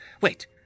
Wait